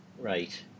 Right